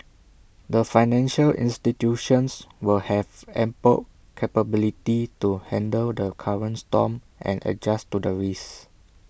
the financial institutions will have ample capability to handle the current storm and adjust to the risks